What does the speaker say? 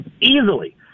easily